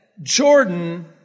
Jordan